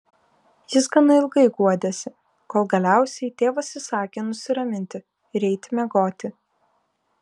jis gana ilgai guodėsi kol galiausiai tėvas įsakė nusiraminti ir eiti miegoti